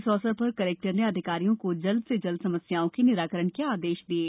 इस अवसर पर कलेक्टर ने अधिकारियों को जल्द से जल्द समस्याओं के निराकरण के आदेश दिये